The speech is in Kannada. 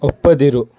ಒಪ್ಪದಿರು